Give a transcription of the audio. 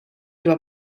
doit